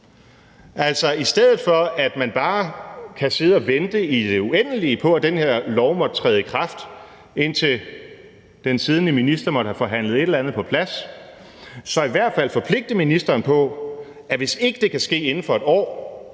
i stedet for bare at måtte sidde og vente i det uendelige på, at den her lov måtte træde i kraft, indtil den siddende minister måtte have forhandlet et eller andet på plads, så i hvert fald kan forpligte ministeren på, at hvis ikke det kan ske inden for et år,